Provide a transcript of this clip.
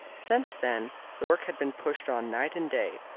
since then the work had been pushed on night and day,